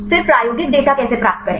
फिर प्रायोगिक डेटा कैसे प्राप्त करें